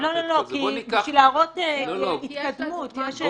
בשביל להראות התקדמות, שיש רצידיוויזם.